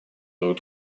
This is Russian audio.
друг